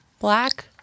Black